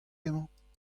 emañ